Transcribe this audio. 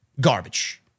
Garbage